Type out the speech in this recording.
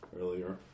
earlier